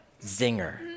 Zinger